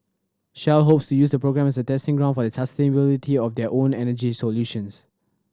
shell hopes to use the program as a testing ground for the sustainability of their own energy solutions